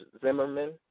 Zimmerman